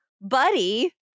buddy